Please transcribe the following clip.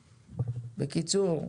בקיצור,